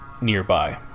nearby